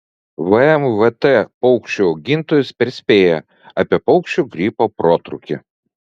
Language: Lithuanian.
vmvt paukščių augintojus perspėja apie paukščių gripo protrūkį